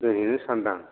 दोनहैनो सान्दां